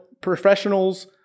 professionals